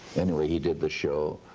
anyway he did the show.